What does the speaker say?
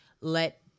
let